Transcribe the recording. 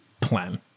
plan